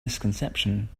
misconception